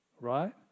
right